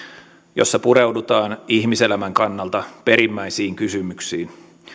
jossa pureudutaan ihmiselämän kannalta perimmäisiin kysymyksiin